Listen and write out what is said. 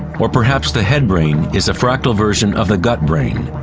or perhaps the head brain is a fractal version of the gut brain.